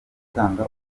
dutanga